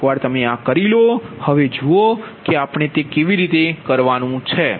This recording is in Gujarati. એકવાર તમે આ કરી લો હવે જુઓ કે આપણે તે કેવી રીતે કરીશું